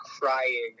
crying